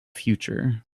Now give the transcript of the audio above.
future